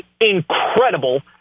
incredible